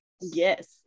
yes